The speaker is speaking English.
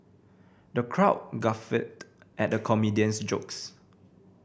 the crowd guffawed at the comedian's jokes